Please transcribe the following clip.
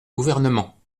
gouvernement